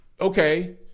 Okay